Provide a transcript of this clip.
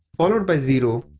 followed by zero,